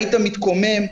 היית מתקומם.